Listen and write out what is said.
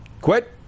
Quit